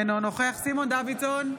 אינו נוכח סימון דוידסון,